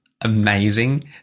amazing